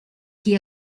qui